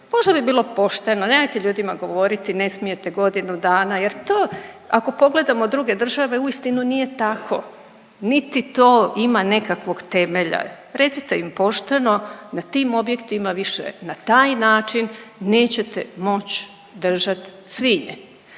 mi bi bilo pošteno nemojte ljudima govoriti ne smijete godinu dana jer to ako pogledamo druge države uistinu nije tako niti to ima nekakvog temelja. Recite im pošteno na tim objektima više na taj način neće moći držat svinje.